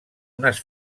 unes